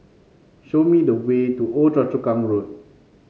show me the way to Old Choa Chu Kang Road